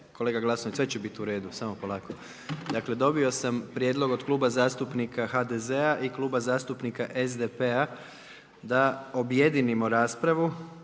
kolege …, sve će biti uredu, samo polako, dakle dobio sam prijedlog od Kluba zastupnika HDZ-a i Kluba zastupnika SDP-a da objedinimo raspravo